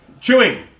Chewing